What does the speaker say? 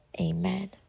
amen